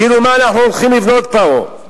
כאילו מה אנחנו הולכים לבנות פה.